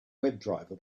webdriver